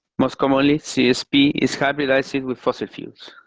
most commonly, csp is hybridized with fossil fuels.